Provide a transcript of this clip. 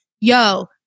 yo